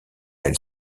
elle